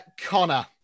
Connor